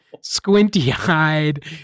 squinty-eyed